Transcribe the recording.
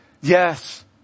Yes